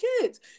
kids